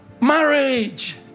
marriage